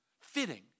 Fitting